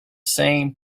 same